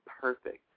perfect